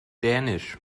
dänisch